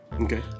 Okay